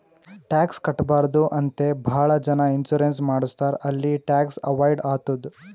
tax ಕಟ್ಬಾರ್ದು ಅಂತೆ ಭಾಳ ಜನ ಇನ್ಸೂರೆನ್ಸ್ ಮಾಡುಸ್ತಾರ್ ಅಲ್ಲಿ ಟ್ಯಾಕ್ಸ್ ಅವೈಡ್ ಆತ್ತುದ್